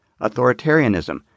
authoritarianism